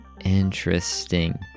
Interesting